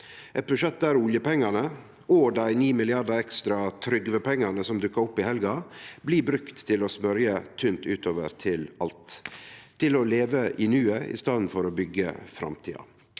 eit budsjett der oljepengane – og dei 9 milliardar ekstra «Trygve-pengane» som dukka opp i helga – blir brukte til å smørje tynt utover til alt, til å leve «i nuet» i staden for å byggje framtida.